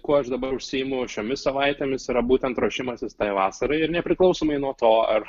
kuo aš dabar užsiimu šiomis savaitėmis yra būtent ruošimasis tai vasarai ir nepriklausomai nuo to ar